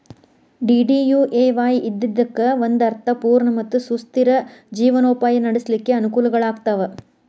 DDUAY ಇದ್ದಿದ್ದಕ್ಕ ಒಂದ ಅರ್ಥ ಪೂರ್ಣ ಮತ್ತ ಸುಸ್ಥಿರ ಜೇವನೊಪಾಯ ನಡ್ಸ್ಲಿಕ್ಕೆ ಅನಕೂಲಗಳಾಗ್ತಾವ